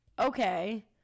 Okay